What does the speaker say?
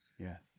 Yes